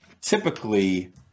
typically